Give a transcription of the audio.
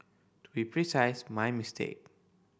to be precise my mistake